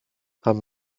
haben